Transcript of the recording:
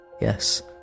Yes